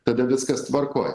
tada viskas tvarkoj